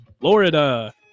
Florida